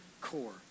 core